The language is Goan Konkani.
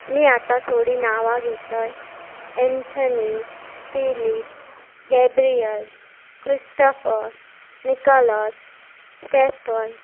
मी आतां थोडीं नांवां घेतय Anthony Philip Gabriel Christopher Nicholas Stephen